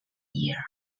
year